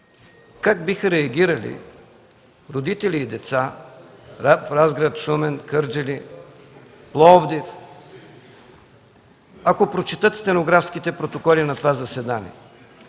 как биха реагирали родители и деца в Разград, Шумен, Кърджали, Пловдив, ако прочетат стенографските протоколи на това заседание?